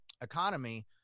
economy